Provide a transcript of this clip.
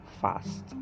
fast